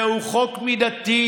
זהו חוק מידתי.